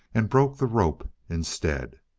and broke the rope instead.